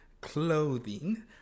clothing